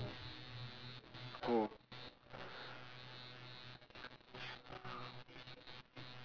oh